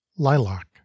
Lilac